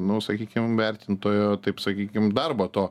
nu sakykim vertintojo taip sakykime darbo to